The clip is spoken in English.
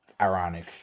ironic